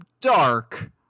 dark